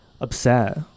upset